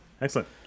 Excellent